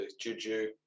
Juju